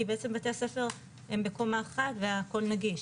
כי בעצם בתי הספר בקומה אחת והכל נגיש.